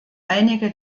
einige